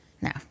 No